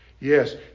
Yes